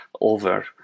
over